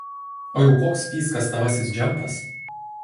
o jau koks fyskas tavasis džempas